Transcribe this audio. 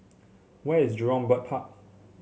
where is Jurong Bird Park